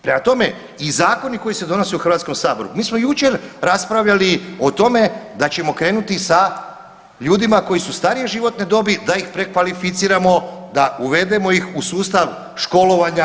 Prema tome i zakoni koji se donose u Hrvatskom saboru mi smo jučer raspravljali o tome da ćemo krenuti sa ljudima koji su starije životne dobi da ih prekvalificiramo, da uvedemo ih u sustav školovanja.